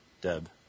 Deb